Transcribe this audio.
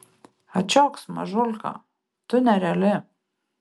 ačioks mažulka tu nereali